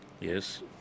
Yes